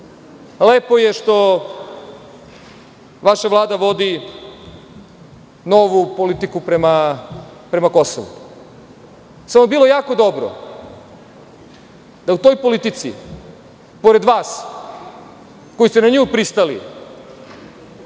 je što vaša Vlada vodi novu politiku prema Kosovu, samo bi bilo jako dobro da u toj politici, pored vas koji ste na nju pristali,